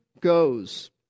goes